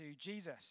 Jesus